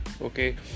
okay